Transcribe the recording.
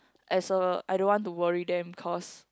as a I don't want to worry them cause